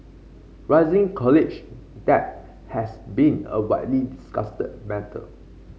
rising college debt has been a widely discussed matter